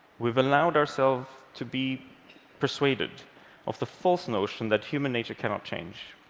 we've allowed ourselves to be persuaded of the false notion that human nature cannot change,